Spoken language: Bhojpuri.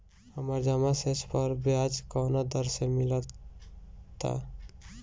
हमार जमा शेष पर ब्याज कवना दर से मिल ता?